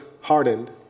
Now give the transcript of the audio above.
hardened